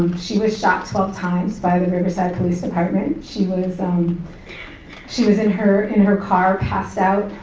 she was shot twelve times by the riverside police department. she was, um she was in her in her car passed out,